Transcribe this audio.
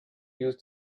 use